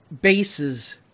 bases